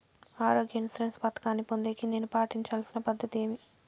ఆరోగ్య ఇన్సూరెన్సు పథకాన్ని పొందేకి నేను పాటించాల్సిన పద్ధతి ఏమి?